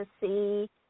see